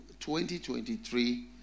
2023